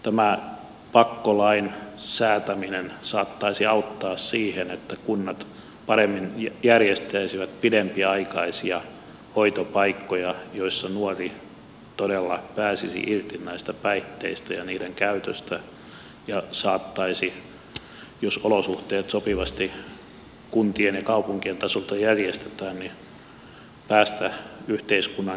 tämä pakkolain säätäminen saattaisi auttaa siihen että kunnat paremmin järjestäisivät pidempiaikaisia hoitopaikkoja joissa nuori todella pääsisi irti näistä päihteistä ja niiden käytöstä ja saattaisi jos olosuhteet sopivasti kuntien ja kaupunkien tasolta järjestetään päästä yhteiskunnan jäseneksi takaisin